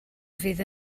fydd